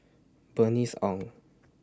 Bernice Ong